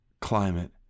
climate